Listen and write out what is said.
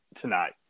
tonight